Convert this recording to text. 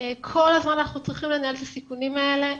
כל הזמן אנחנו צריכים לנהל את הסיכונים האלה,